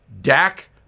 Dak